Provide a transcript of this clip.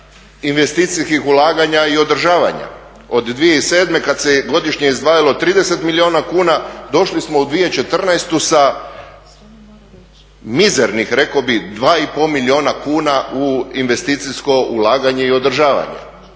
investicijskih ulaganja i održavanja od 2007. kad se godišnje izdvajalo 30 milijuna kuna došli smo u 2014. sa mizernih, rekao bih, 2,5 milijuna kuna u investicijsko ulaganje i održavanje.